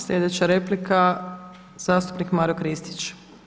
Sljedeća replika zastupnik Maro Kristić.